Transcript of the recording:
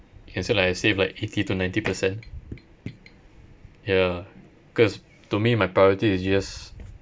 can say like I save like eighty to ninety percent ya because to me my priority is just